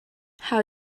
how